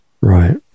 Right